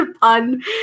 pun